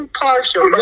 partial